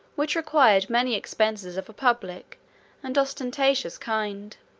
which required many expenses of a public and ostentatious kind.